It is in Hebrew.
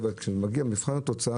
אבל כשמגיע מבחן התוצאה,